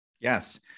yes